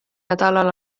nädalal